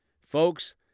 Folks